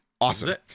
awesome